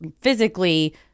physically